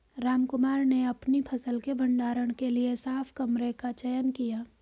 रामकुमार ने अपनी फसल के भंडारण के लिए साफ कमरे का चयन किया